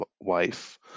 wife